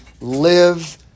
live